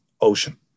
ocean